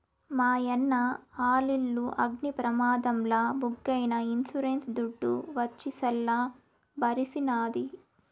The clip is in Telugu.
మాయన్న ఆలిల్లు అగ్ని ప్రమాదంల బుగ్గైనా ఇన్సూరెన్స్ దుడ్డు వచ్చి సల్ల బరిసినాది